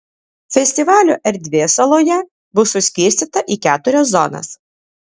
festivalio erdvė saloje bus suskirstyta į keturias zonas